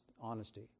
honesty